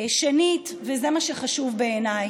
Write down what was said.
שנית, וזה מה שחשוב בעיניי,